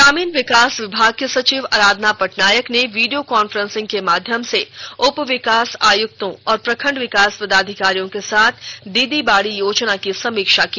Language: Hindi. ग्रामीण विकास विभाग की सचिव आराधना पटनायक ने वीडियो कान्फ्रेंसिंग के माध्यम से उपविकास आयुक्तों और प्रखंड विकास पदाधिकारियों के साथ दीदी बाड़ी योजना की समीक्षा की